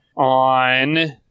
On